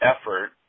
effort